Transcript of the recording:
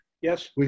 yes